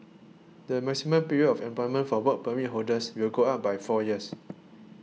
the maximum period of employment for Work Permit holders will go up by four years